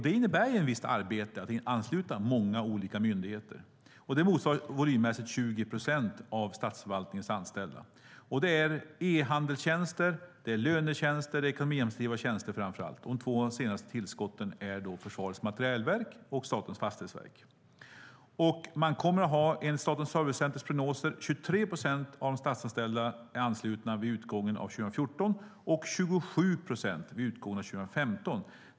Det innebär ett visst arbete att ansluta många olika myndigheter. Det motsvarar volymmässigt 20 procent av statsförvaltningens anställda. Det är e-handelstjänster, lönetjänster och framför allt ekonomiadministrativa tjänster. De två senaste tillskotten är Försvarets materielverk och Statens fastighetsverk. Man kommer enligt Statens servicecenters prognoser att ha 23 procent av de statsanställda anslutna vid utgången av 2014 och 27 procent vid utgången av 2015.